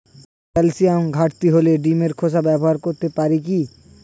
ক্যালসিয়ামের ঘাটতি হলে ডিমের খোসা ব্যবহার করতে পারি কি?